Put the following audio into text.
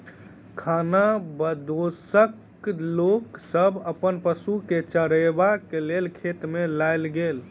खानाबदोश लोक सब अपन पशु के चरबै के लेल खेत में लय गेल